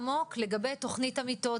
ה-MRI.